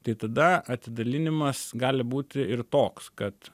tai tada atidalinimas gali būti ir toks kad